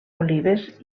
olives